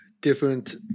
different